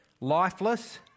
lifeless